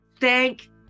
thank